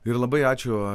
ir labai ačiū